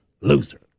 Loser